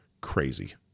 crazy